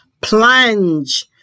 plunge